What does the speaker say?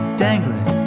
dangling